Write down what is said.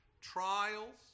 trials